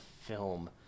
film